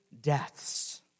deaths